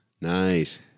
nice